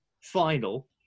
final